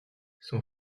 son